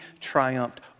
triumphed